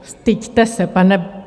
Styďte se, pane...